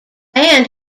band